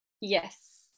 yes